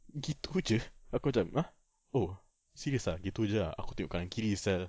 gitu je aku macam ah oh serious ah gitu je ah aku tengok kanan kiri sia